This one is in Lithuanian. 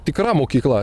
tikra mokykla